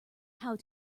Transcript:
how